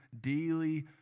daily